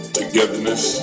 togetherness